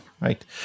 right